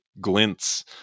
glints